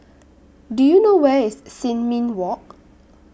Do YOU know Where IS Sin Ming Walk